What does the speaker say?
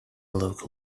local